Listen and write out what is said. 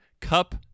Cup